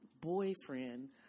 boyfriend